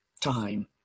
time